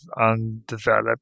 undeveloped